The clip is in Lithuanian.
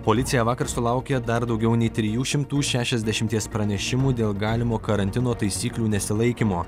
policija vakar sulaukė dar daugiau nei trijų šimtų šešiasdešimties pranešimų dėl galimo karantino taisyklių nesilaikymo